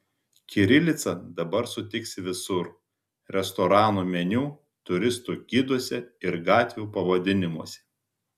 kirilicą dabar sutiksi visur restoranų meniu turistų giduose ir gatvių pavadinimuose